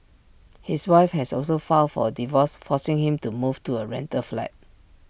his wife has also filed for A divorce forcing him to move to A rental flat